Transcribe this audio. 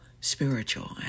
spiritual